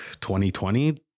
2020